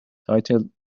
titled